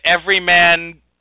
everyman